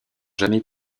jamais